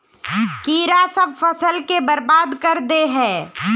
कीड़ा सब फ़सल के बर्बाद कर दे है?